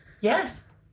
yes